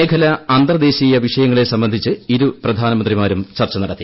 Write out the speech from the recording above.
മേഖല അന്തർ ദേശീയ വിഷയങ്ങളെ സംബന്ധിച്ച് ഇരു പ്രധാനമന്ത്രിമാരും ചർച്ച നടത്തി